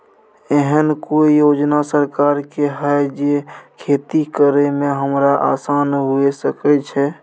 एहन कौय योजना सरकार के है जै खेती करे में हमरा आसान हुए सके छै?